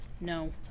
No